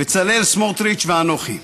בצלאל סמוטריץ ואנוכי.